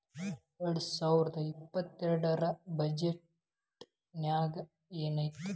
ಎರ್ಡ್ಸಾವರ್ದಾ ಇಪ್ಪತ್ತೆರ್ಡ್ ರ್ ಬಜೆಟ್ ನ್ಯಾಗ್ ಏನೈತಿ?